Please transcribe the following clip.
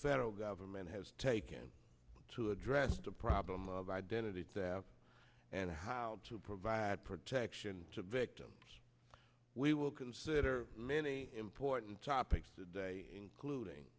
federal government has taken to address the problem of identity theft and how to provide protection to victim we will consider many important topics today including